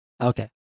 okay